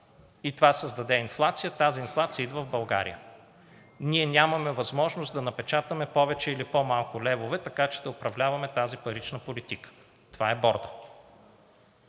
и това създаде инфлация, тази инфлация идва в България. Ние нямаме възможност да напечатаме повече или по-малко левове, така че да управляваме тази парична политика – това е бордът.